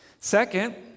Second